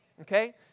Okay